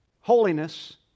holiness